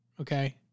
Okay